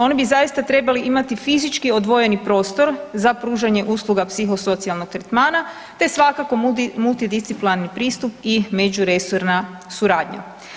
Oni bi zaista trebali imati fizički odvojeni prostor za pružanje usluga psihosocijalnog tretmana te svakako multidisciplinarni pristup i međuresorna suradnja.